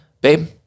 babe